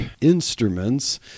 instruments